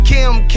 Kim